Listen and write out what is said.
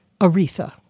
Aretha